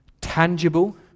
tangible